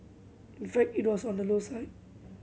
in fact it was on the low side